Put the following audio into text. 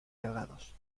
delgados